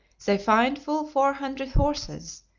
they find full four hundred horses,